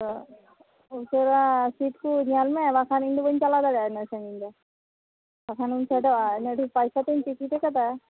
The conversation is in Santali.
ᱛᱚ ᱩᱥᱟᱹᱨᱟ ᱥᱤᱴ ᱠᱚ ᱧᱮᱞ ᱢᱮ ᱵᱟᱝᱠᱷᱟᱱ ᱤᱧ ᱫᱚ ᱵᱟᱹᱧ ᱪᱟᱞᱟᱣ ᱫᱟᱲᱮᱭᱟᱜᱼᱟ ᱩᱱᱟᱹᱜ ᱥᱟᱺᱜᱤᱧ ᱫᱚ ᱵᱟᱠᱷᱟᱱᱤᱧ ᱯᱷᱮᱰᱚᱜᱼᱟ ᱩᱱᱟᱹᱜ ᱰᱷᱮᱨ ᱯᱟᱭᱥᱟᱛᱤᱧ ᱴᱤᱠᱤᱴ ᱟᱠᱟᱫᱟ